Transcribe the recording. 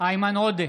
איימן עודה,